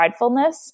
pridefulness